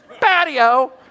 Patio